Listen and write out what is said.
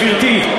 גברתי,